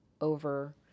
over